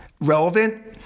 relevant